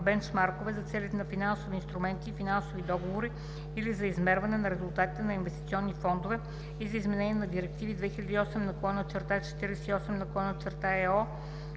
бенчмаркове за целите на финансови инструменти и финансови договори, или за измерване на резултатите на инвестиционни фондове, и за изменение на директиви 2008/48/ЕО и 2014/17/ЕС и на Регламент